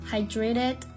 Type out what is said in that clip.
Hydrated